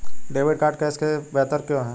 Debit card cash से बेहतर क्यों है?